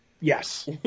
Yes